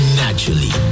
naturally